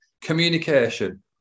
communication